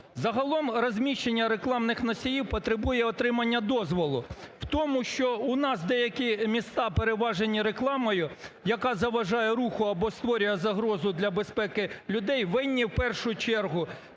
Загалом розміщення рекламних носіїв потребує отримання дозволу. В тому, що у нас деякі міста переважені рекламою, яка заважає руху або створює загрозу для безпеки людей, винні в першу чергу